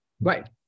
Right